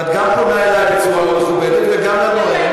ואת גם פונה אלי בצורה לא מכובדת, וגם לנואם.